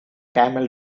camel